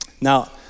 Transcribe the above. now